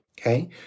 Okay